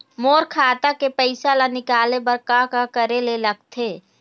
मोर खाता के पैसा ला निकाले बर का का करे ले लगथे?